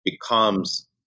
becomes